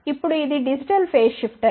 ఇప్పుడు ఇది digital phase shifter